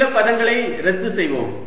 சில பதங்களை ரத்து செய்வோம்